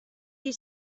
you